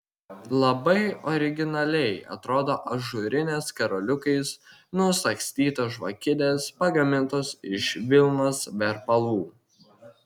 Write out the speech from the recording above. labai originaliai atrodo ažūrinės karoliukais nusagstytos žvakidės pagamintos iš vilnos verpalų